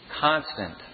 constant